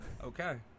Okay